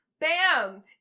Bam